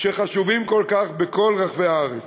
החשובים כל כך בכל רחבי הארץ.